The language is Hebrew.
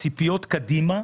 הציפיות קדימה,